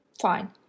fine